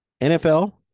NFL